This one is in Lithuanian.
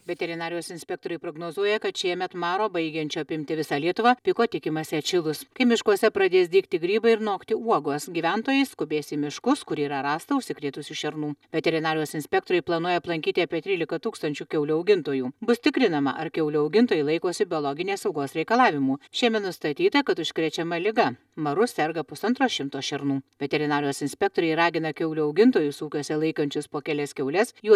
veterinarijos inspektoriai prognozuoja kad šiemet maro baigiančio apimti visą lietuvą piko tikimasi atšilus kai miškuose pradės dygti grybai ir nokti uogos gyventojai skubės į miškus kur yra rasta užsikrėtusių šernų veterinarijos inspektoriai planuoja aplankyti apie trylika tūkstančių kiaulių augintojų bus tikrinama ar kiaulių augintojai laikosi biologinės saugos reikalavimų šiemet nustatyta kad užkrečiama liga maru serga pusantro šimto šernų veterinarijos inspektoriai ragina kiaulių augintojus ūkiuose laikančius po kelias kiaules jų